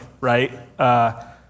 right